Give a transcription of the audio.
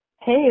Hey